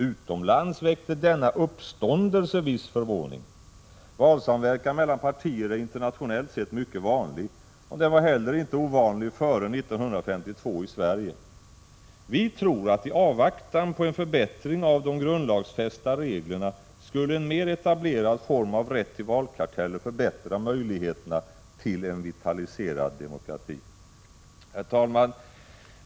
Utomlands väckte denna uppståndelse viss förvåning. Valsamverkan mellan partier är internationellt sett mycket vanlig, och den var inte heller ovanlig före 1952 i Sverige. Vi tror att i avvaktan på en förbättring av de grundlagsfästa reglerna skulle en mer etablerad form av rätt till valkarteller förbättra möjligheterna till en vitalisering av demokratin. Herr talman!